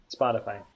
Spotify